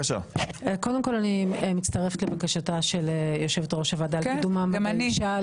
קודם כל אני מצטרפת לבקשתה של יושבת ראש הוועדה לקידום מעמד האישה.